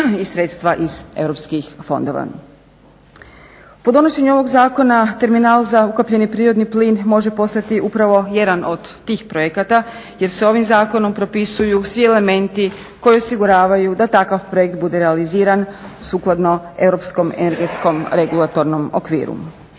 i sredstva iz europskih fondova. Po donošenju ovog zakona terminal za ukapljeni prirodni plin može postati upravo jedan od tih projekata jer se ovim zakonom propisuju svi elementi koji osiguravaju da takav projekt bude realiziran sukladno europskog energetskom regulatornom okviru.